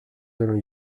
allons